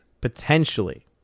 potentially